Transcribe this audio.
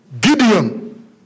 Gideon